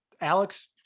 Alex